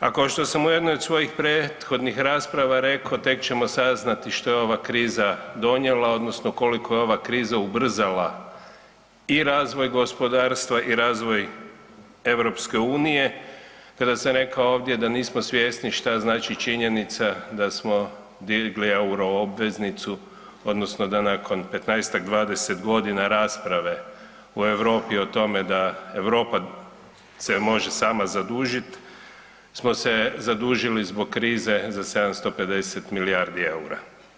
A košto sam u jednoj od svojih prethodnih rasprava reko, tek ćemo saznati što je ova kriza donijela odnosno koliko je ova kriza ubrzala i razvoj gospodarstva i razvoj EU, kada sam rekao ovdje da nismo svjesni šta znači činjenica da smo digli euro obveznicu odnosno da nakon 15-tak, 20.g. rasprave u Europi o tome da Europa se može sama zadužit smo se zadužili zbog krize za 750 milijardi EUR-a.